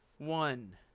One